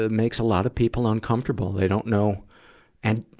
ah makes a lot of people uncomfortable. they don't know and,